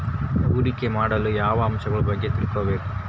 ಹೂಡಿಕೆ ಮಾಡಲು ಯಾವ ಅಂಶಗಳ ಬಗ್ಗೆ ತಿಳ್ಕೊಬೇಕು?